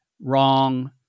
Wrong